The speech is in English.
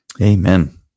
Amen